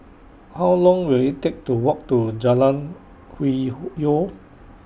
How Long Will IT Take to Walk to Jalan Hwi Yoh